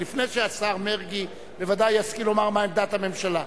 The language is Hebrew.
לפני שהשר מרגי בוודאי ישכיל לומר מה עמדת הממשלה.